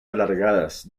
alargadas